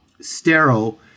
sterile